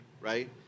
right